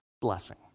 blessing